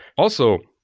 also,